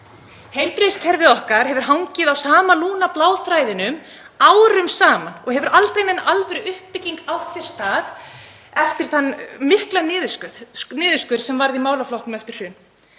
Heilbrigðiskerfið okkar hefur hangið á sama lúna bláþræðinum árum saman og aldrei hefur nein alvöruuppbygging átt sér stað eftir þann mikla niðurskurð sem varð í málaflokknum eftir hrun.